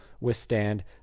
withstand